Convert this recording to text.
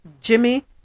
jimmy